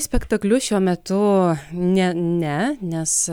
į spektaklius šiuo metu ne ne nes